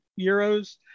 euros